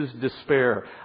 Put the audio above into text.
despair